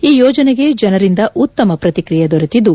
ಈ ಯೋಜನೆಗೆ ಜನರಿಂದ ಉತ್ತಮ ಪ್ರತಿಕ್ರಿಯೆ ದೊರೆತಿದ್ದು